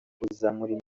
kuzamura